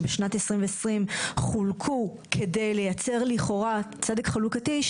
שבשנת 2020 חולקו כדי לייצר לכאורה צדק חלוקתי,